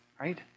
right